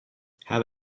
have